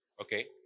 Okay